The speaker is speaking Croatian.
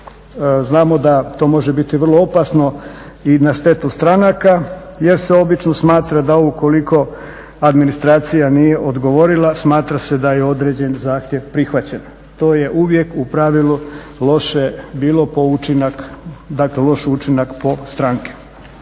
Znamo da to može biti vrlo opasno i na štetu stranaka jer se obično smatra da ukoliko administracija nije odgovorila smatra se da je određeni zahtjev prihvaćen. To je uvijek u pravilu bilo loše po učinka, dakle loš učinak po stranke.